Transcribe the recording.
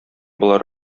болар